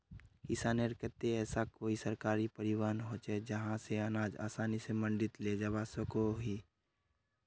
किसानेर केते ऐसा कोई सरकारी परिवहन होचे जहा से अनाज आसानी से मंडी लेजवा सकोहो ही?